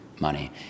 money